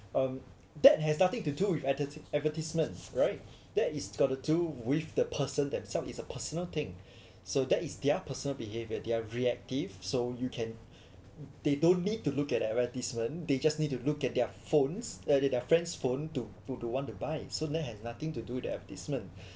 um that has nothing to do with attitude advertisements right that is got to do with the person themselves it's a personal thing so that is their personal behavior they are reactive so you can they don't need to look at the advertisement they just need to look at their phones at their friend's phone to p~ to want to buy so that has nothing to do with the advertisement